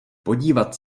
podívat